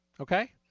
Okay